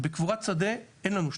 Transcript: בקבורת שדה אין לנו שטחים,